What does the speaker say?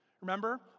Remember